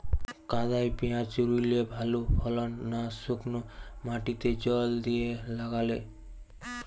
কাদায় পেঁয়াজ রুইলে ভালো ফলন না শুক্নো মাটিতে জল দিয়ে লাগালে?